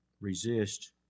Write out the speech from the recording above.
resist